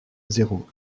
zéro